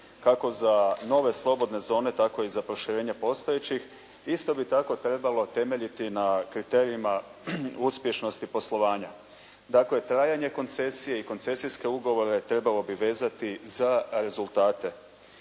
kako za nove slobodne zone tako i za proširenje postojećih isto bi tako trebalo temeljiti na kriterijima uspješnosti poslovanja. Dakle trajanje koncesije i koncesijske ugovore trebalo bi vezati za rezultate